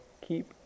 keep